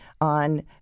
on –